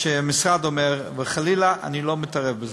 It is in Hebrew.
מה שהמשרד אומר, וחלילה אני לא מתערב בזה: